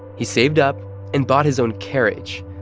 he saved up and bought his own carriage,